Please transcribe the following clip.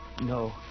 No